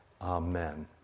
Amen